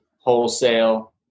wholesale